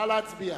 נא להצביע.